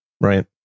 right